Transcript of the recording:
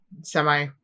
semi